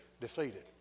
defeated